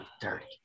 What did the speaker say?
Dirty